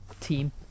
team